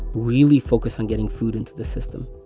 really focus on getting food into the system.